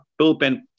bullpen